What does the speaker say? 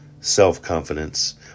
self-confidence